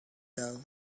though